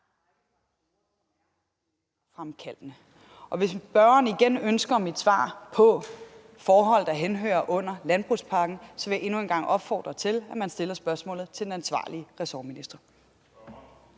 Og hvis spørgeren ønsker mit svar på forhold, der henhører under landbrugspakken, så vil jeg endnu en gang opfordre til, at man stiller spørgsmålet til den ansvarlige ressortminister.